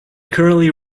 currently